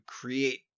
create